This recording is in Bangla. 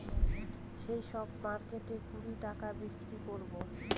সেই সব মার্কেটে কুড়ি টাকায় বিক্রি করাবো